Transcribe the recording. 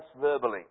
verbally